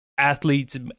athletes